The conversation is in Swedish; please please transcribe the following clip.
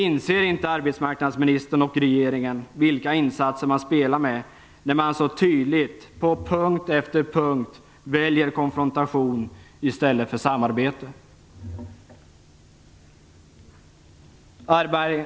Inser inte arbetsmarknadsministern och regeringen vilka insatser man spelar med, när man så tydligt, på punkt efter punkt, väljer konfrontation i stället för samarbete?